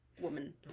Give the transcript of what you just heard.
woman